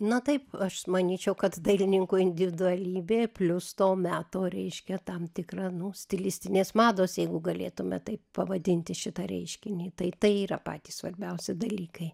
na taip aš manyčiau kad dailininko individualybė plius to meto reiškia tam tikrą nu stilistinės mados jeigu galėtume taip pavadinti šitą reiškinį tai tai yra patys svarbiausi dalykai